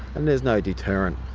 and there is no deterrent,